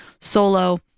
solo